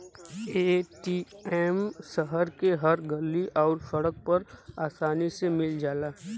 ATM शहर के हर गल्ली आउर सड़क पर आसानी से मिल जाला